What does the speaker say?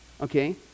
Okay